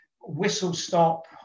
whistle-stop